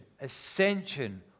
ascension